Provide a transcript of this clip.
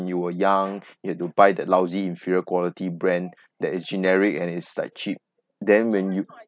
you were young you have to buy the lousy inferior quality brand that is generic and it's like cheap then when you